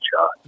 shot